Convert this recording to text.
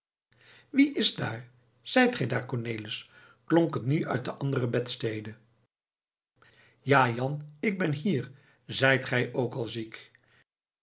wie is daar zijt gij daar cornelis klonk het nu uit de andere bedstede ja jan ik ben hier zijt gij ook al ziek